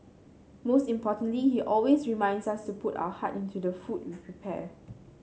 most importantly he always reminds us to put our heart into the food we prepare